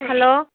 hello